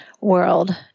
world